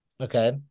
Okay